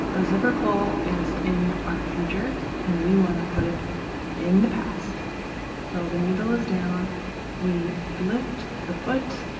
the zipper pull is in our future and we want to put it in the past so the needle is down we lift the foot